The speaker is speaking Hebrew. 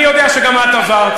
אני יודע שגם את עברת,